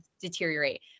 deteriorate